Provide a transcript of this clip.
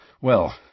Well